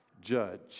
judge